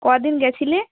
ক দিন গেছিলে